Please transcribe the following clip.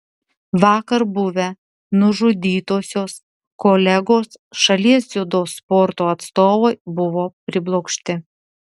vakar buvę nužudytosios kolegos šalies dziudo sporto atstovai buvo priblokšti